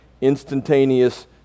instantaneous